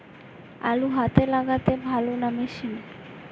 আলু হাতে লাগালে ভালো না মেশিনে?